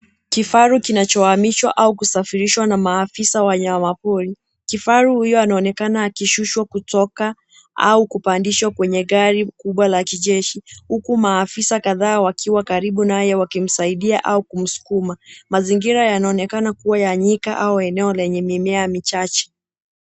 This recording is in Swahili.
Kifaru kinacho hamishwa au kusafirishwa na maafisa wa wanyama pori. Kifaru huyu anaonekana akishushwa kutoka au kupandishwa kwenye gari kubwa la kijeshi, huku maafisa kadhaa wakiwa karibu nayo wakimsaidia au kumsukuma. Mazingira yanaonekana kuwa ya nyika au eneo lenye mimea michache.